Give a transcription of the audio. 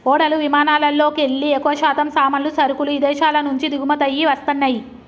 ఓడలు విమానాలల్లోకెల్లి ఎక్కువశాతం సామాన్లు, సరుకులు ఇదేశాల నుంచి దిగుమతయ్యి వస్తన్నయ్యి